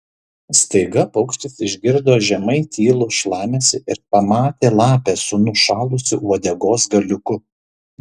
staiga paukštis išgirdo žemai tylų šlamesį ir pamatė lapę su nušalusiu uodegos galiuku